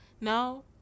No